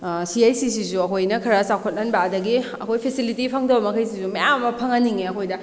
ꯁꯤ ꯍꯩꯆ ꯁꯤꯁꯤꯁꯨ ꯑꯩꯈꯣꯏꯅ ꯈꯔ ꯆꯥꯎꯈꯠꯍꯟꯕ ꯑꯗꯒꯤ ꯑꯩꯈꯣꯏ ꯐꯦꯁꯤꯂꯤꯇꯤ ꯐꯪꯗꯕ ꯃꯈꯩꯁꯤꯁꯨ ꯃꯌꯥꯝ ꯑꯃ ꯐꯪꯍꯟꯅꯤꯡꯉꯦ ꯑꯩꯈꯣꯏꯗ